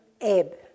ebb